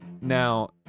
now